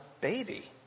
baby